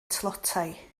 tlotai